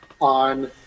on